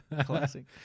Classic